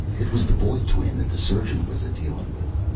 it was the boy-twin that the surgeon was a-dealing with.